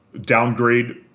downgrade